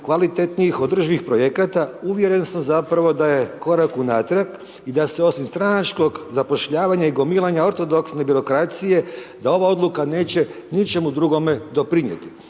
kvalitetnih održivih projekata uvjeren sam zapravo da je korak unatrag i da se osim stranačkog zapošljavanja i gomilanja ortodoksne birokracije, da ova odluka neće ničemu drugome doprinjeti.